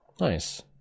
Nice